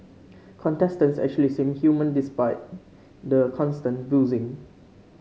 contestants actually seem human despite the constant boozing